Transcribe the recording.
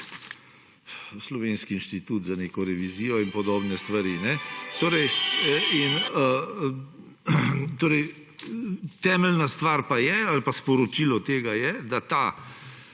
slovenski inštitut za neko revizijo in podobne stvari. Torej, temeljna stvar pa je ali pa sporočilo tega je, da ta